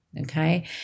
Okay